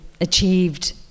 achieved